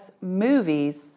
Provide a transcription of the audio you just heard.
movies